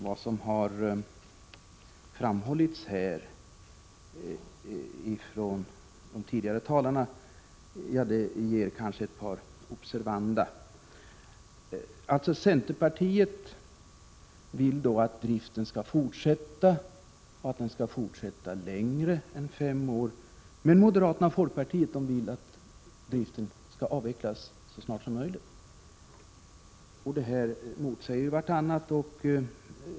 Det som har sagts från de tidigare talarna föranleder ett par observanda. Centerpartiet vill att driften skall fortsätta längre än fem år. Men moderaterna och folkpartiet vill att driften skall avvecklas så snart som möjligt. Dessa åsikter motsäger varandra.